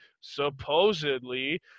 Supposedly